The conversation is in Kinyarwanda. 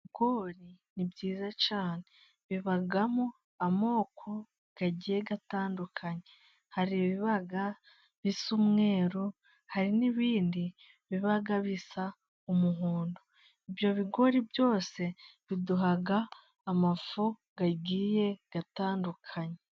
Ibigori ni byiza cyane bibamo amoko agiye atandukanye hari ibiba bisa n'umweru, hari n'ibindi biba bisa umuhondo. Ibyo bigori byose biduha amafu agiye atandukanye.